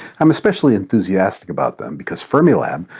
i'm especially enthusiastic about them, because fermilab,